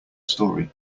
story